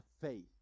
faith